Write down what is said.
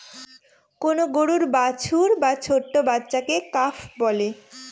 কোন গরুর বাছুর বা ছোট্ট বাচ্চাকে কাফ বলে